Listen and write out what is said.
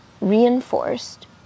reinforced